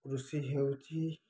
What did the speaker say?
କୃଷି ହେଉଛି